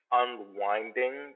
unwinding